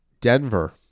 Denver